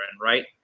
right